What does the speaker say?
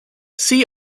see